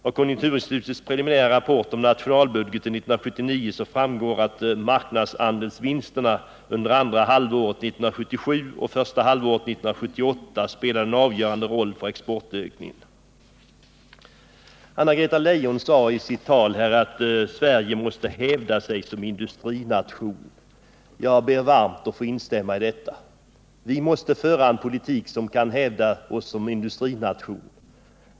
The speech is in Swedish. Av konjunkturinstitutets preliminära rapport om nationalbudgeten 1979 framgår att marknadsandelsvinsterna under andra halvåret 1977 och första halvåret 1978 spelade en avgörande roll för exportökningen. Anna-Greta Leijon sade i sitt tal att Sverige måste hävda sig som industrination. Jag ber varmt att få instämma i detta. Vi måste föra en politik som gör att vi kan hävda oss som industrination.